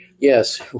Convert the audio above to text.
Yes